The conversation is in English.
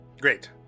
great